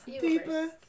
Deeper